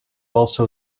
also